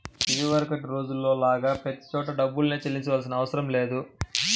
ఇదివరకటి రోజుల్లో లాగా ప్రతి చోటా డబ్బుల్నే చెల్లించాల్సిన అవసరం లేదు